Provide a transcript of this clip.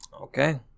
okay